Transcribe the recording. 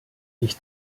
ich